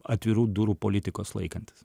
atvirų durų politikos laikantis